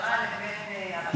המשטרה ובין הרשות?